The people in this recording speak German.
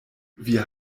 wir